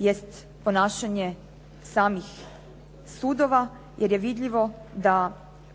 jest ponašanje samih sudova jer je vidljivo da